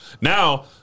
Now